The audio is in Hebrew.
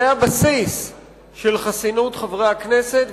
זה הבסיס של חסינות חברי הכנסת,